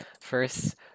first